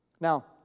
Now